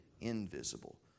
invisible